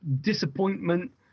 disappointment